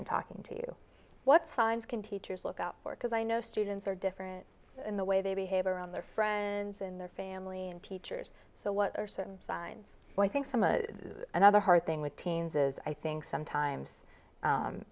and talking to what signs can teachers look out for because i know students are different in the way they behave around their friends and their family and teachers so what are certain signs and i think some of another hard thing with teens is i think sometimes